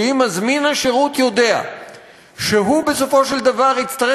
כי אם מזמין השירות יודע שהוא בסופו של דבר יצטרך